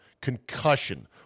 concussion